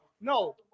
No